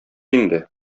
инде